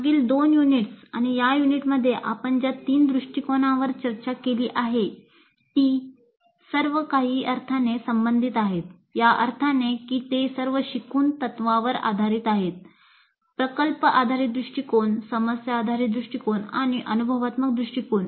मागील दोन युनिट्स आणि या युनिटमध्ये आपण ज्या तीन दृष्टिकोनांवर चर्चा केली आहे ती सर्व काही अर्थाने संबंधित आहेत या अर्थाने की ते सर्व शिकून तत्त्वावर आधारित आहेत प्रकल्प आधारित दृष्टीकोन समस्या आधारित दृष्टीकोन आणि अनुभवात्मक दृष्टीकोन